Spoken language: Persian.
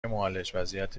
معالج، وضعیت